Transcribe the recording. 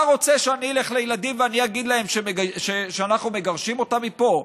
אתה רוצה שאני אלך לילדים ואגיד להם שאנחנו מגרשים אותם מפה?